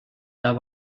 der